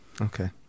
okay